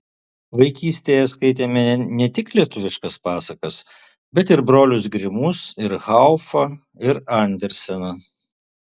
vaikystėje skaitėme ne tik lietuviškas pasakas bet ir brolius grimus ir haufą ir anderseną